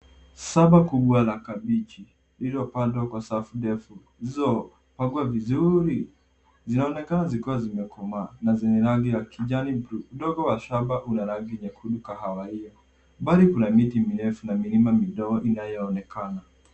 Shamba kubwa la kabichi, lililopandwa kwa safu ndefu zilizopangwa vizuri. Zinaonekana zikiwa zimekomaa, na zenye rangi ya kijani. Udongo wa shamba una rangi nyekundu kahawia. Mbali kuna miti mirefu na milima midogo inayoonekana.